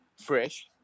fresh